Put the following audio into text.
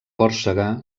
còrsega